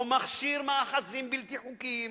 או מכשיר מאחזים בלתי חוקיים.